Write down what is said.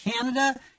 Canada